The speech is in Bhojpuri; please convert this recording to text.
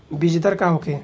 बीजदर का होखे?